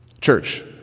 Church